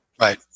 Right